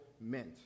Meant